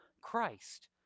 Christ